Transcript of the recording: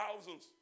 thousands